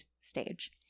stage